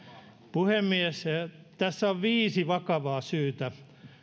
puhemies tässä on viisi vakavaa syytä